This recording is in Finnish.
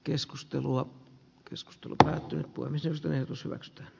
keskustelua keskustelu päättyi puimisesta ja rosvot